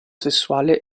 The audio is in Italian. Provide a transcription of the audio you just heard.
sessuale